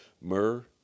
Myrrh